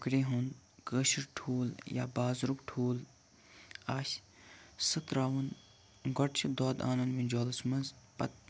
کرٛہُن کٲشر ٹھوٗل یا بازرُک ٹھوٗل آسہِ سُہ تراوُن گۄڈٕ چھُ دۄد اَنُن مِنجولَس مَنٛز پَتہٕ